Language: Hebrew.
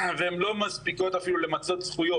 והן לא מספיקות אפילו למצות זכויות.